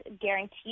guarantee